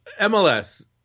MLS